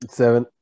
seven